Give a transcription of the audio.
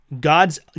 God's